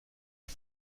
بود